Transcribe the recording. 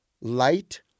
light